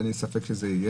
אין לי ספק שזה יהיה,